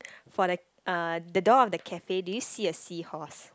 for that uh the door of the cafe did you see a seahorse